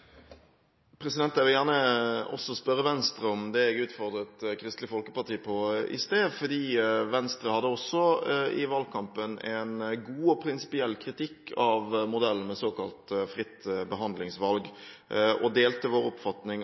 Jeg vil gjerne spørre Venstre om det jeg utfordret Kristelig Folkeparti på i sted, fordi Venstre hadde også i valgkampen en god og prinsipiell kritikk av modellen med såkalt fritt behandlingsvalg og delte vår oppfatning